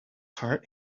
heart